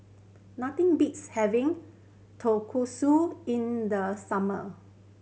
nothing beats having Tonkatsu in the summer